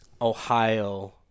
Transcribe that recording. Ohio